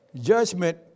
Judgment